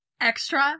Extra